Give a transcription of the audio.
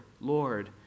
Lord